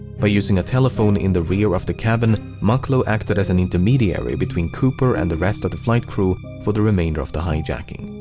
by using a telephone in the rear of the cabin, mucklow acted as an intermediary between cooper and the rest of the flight crew for the remainder of the hijacking.